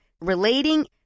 relating